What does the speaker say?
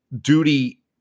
duty